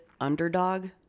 underdog